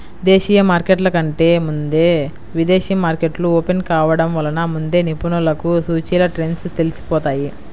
దేశీయ మార్కెట్ల కంటే ముందే విదేశీ మార్కెట్లు ఓపెన్ కావడం వలన ముందే నిపుణులకు సూచీల ట్రెండ్స్ తెలిసిపోతాయి